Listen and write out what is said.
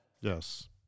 Yes